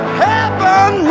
heaven